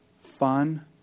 fun